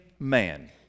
man